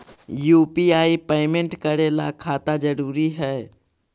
UPI payment करे ला खाता जरूरी है?